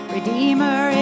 Redeemer